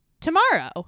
tomorrow